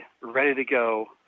ready-to-go